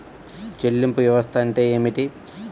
చెల్లింపు వ్యవస్థ అంటే ఏమిటి?